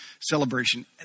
celebration